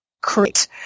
create